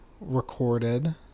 recorded